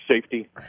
safety